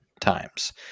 times